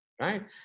Right